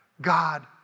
God